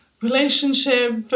relationship